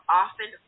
often